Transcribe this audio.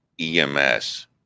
EMS